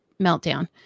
meltdown